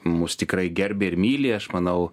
mus tikrai gerbia ir myli aš manau